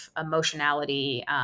emotionality